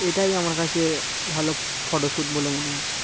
এটাই আমার কাছে ভালো ফটো শ্যুট বলে মনে আছে